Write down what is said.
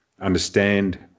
understand